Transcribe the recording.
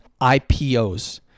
IPOs